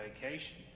vacation